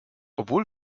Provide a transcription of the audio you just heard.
obwohl